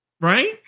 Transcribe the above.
Right